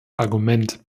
argument